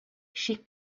she